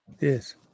Yes